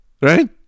Right